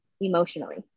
emotionally